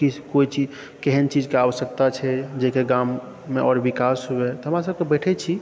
कि कोइ चीज केहन चीजके आवश्यकता छै जाहिके गाममे आओर विकास हुअए तऽ हमरा सबके बैठै छी